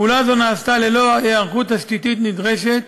פעולה זו נעשתה ללא היערכות תשתיתית נדרשת,